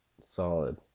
solid